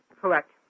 Correct